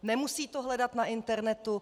Nemusí to hledat na internetu.